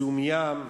זיהום ים,